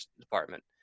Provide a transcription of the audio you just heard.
department